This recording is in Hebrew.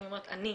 אני אומרת אני.